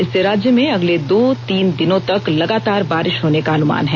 इससे राज्य में अगले दो तीन दिनों तक लगातार बारिष होने का अनुमान है